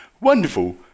Wonderful